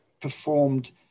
performed